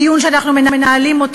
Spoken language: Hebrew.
דיון שאנחנו מנהלים,